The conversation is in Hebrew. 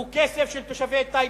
הוא כסף של תושבי טייבה.